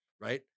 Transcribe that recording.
right